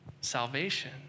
Salvation